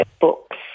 Books